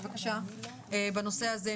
בבקשה בנושא הזה,